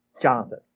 Jonathan